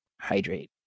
hydrate